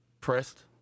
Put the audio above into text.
Pressed